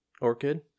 Orchid